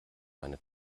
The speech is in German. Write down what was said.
meine